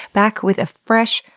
back with a fresh,